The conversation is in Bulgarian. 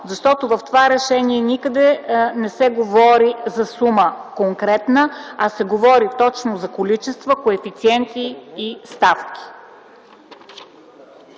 защото в това решение никъде не се говори за конкретна сума, а се говори за количества, коефициенти и ставки.